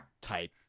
type